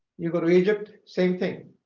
you go to egypt, same thing.